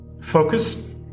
Focus